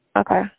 Okay